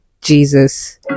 Jesus